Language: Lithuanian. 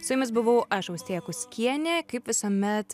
su jumis buvau aš austėja kuskienė kaip visuomet